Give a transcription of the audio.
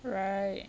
right